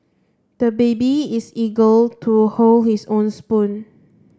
the baby is eagle to hold his own spoon